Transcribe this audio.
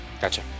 Gotcha